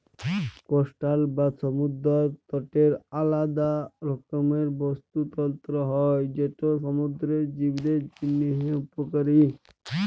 coastal বা সমুদ্দর তটের আলেদা রকমের বাস্তুতলত্র হ্যয় যেট সমুদ্দুরের জীবদের জ্যনহে উপকারী